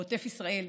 בעוטף ישראל,